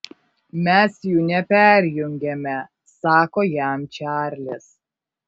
mes jų neperjungiame sako jam čarlis